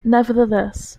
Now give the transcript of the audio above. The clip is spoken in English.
nevertheless